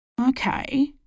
Okay